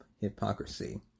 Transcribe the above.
hypocrisy